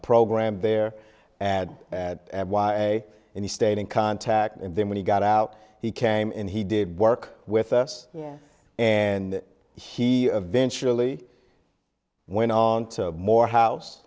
program there and and he stayed in contact and then when he got out he came in he did work with us and he eventually went on to morehouse